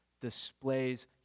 displays